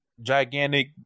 gigantic